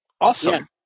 Awesome